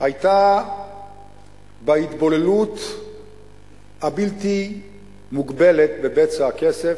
היתה בהתבוללות הבלתי מוגבלת בבצע הכסף,